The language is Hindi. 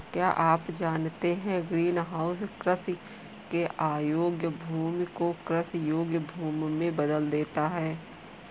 क्या आप जानते है ग्रीनहाउस कृषि के अयोग्य भूमि को कृषि योग्य भूमि में बदल देता है?